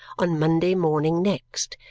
on monday morning next,